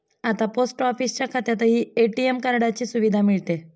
आता पोस्ट ऑफिसच्या खात्यातही ए.टी.एम कार्डाची सुविधा मिळते